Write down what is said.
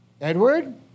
Edward